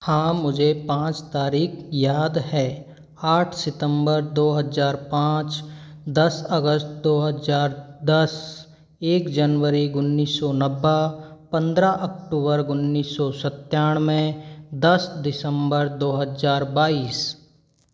हां मुझे पाँच तारीख याद हैं आठ सितंबर दो हज़ार पाँच दस अगस्त दो हज़ार दस एक जनवरी उन्नीस सौ नब्बे पंद्रह अक्टूबर उन्नीस सौ सत्तानवे दस दिसंबर दो हज़ार बाईस